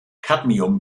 cadmium